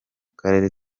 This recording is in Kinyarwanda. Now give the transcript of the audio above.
karere